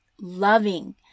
loving